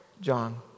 John